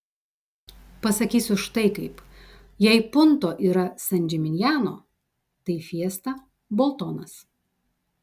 pasakysiu štai kaip jei punto yra san džiminjano tai fiesta boltonas